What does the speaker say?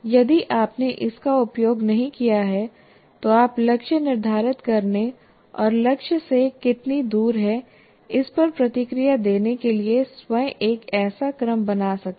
यदि आपने इसका उपयोग नहीं किया है तो आप लक्ष्य निर्धारित करने और लक्ष्य से कितनी दूर हैं इस पर प्रतिक्रिया देने के लिए स्वयं एक ऐसा क्रम बना सकते हैं